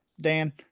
Dan